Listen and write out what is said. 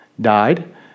died